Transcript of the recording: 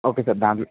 okay sir దాంట్లో